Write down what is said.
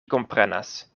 komprenas